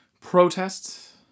protests